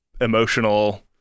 emotional